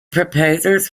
proposers